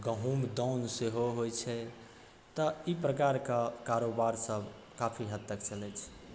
गहूम दाउन सेहो होइ छै तऽ ई प्रकारके कारोबारसब काफी हद तक चलै छै